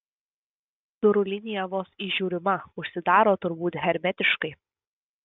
durų linija vos įžiūrima užsidaro turbūt hermetiškai